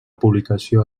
publicació